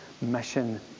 mission